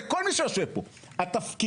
לכל מי שיושב פה זה